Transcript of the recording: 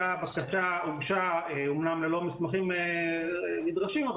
אותה בקשה הוגשה אמנם ללא מסמכים נדרשים אבל